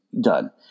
done